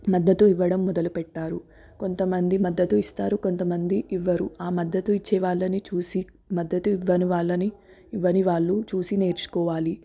మద్దతు ఇవ్వడం మొదలుపెట్టారు కొంతమంది మద్దతు ఇస్తారు కొంతమంది ఇవ్వరు ఆ మద్దతు ఇచ్చేవాల్లని చూసి మద్దతు ఇవ్వనివాళ్ళని ఇవ్వని వాళ్ళు చూసి నేర్చుకోవాలి